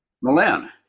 Milan